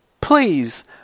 Please